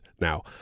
now